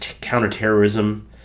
counterterrorism